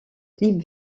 clip